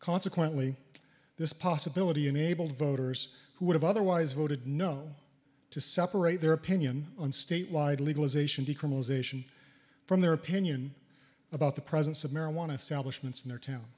consequently this possibility enabled voters who would have otherwise voted no to separate their opinion on statewide legalization decriminalization from their opinion about the presence of marijuana